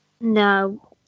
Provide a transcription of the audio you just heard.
No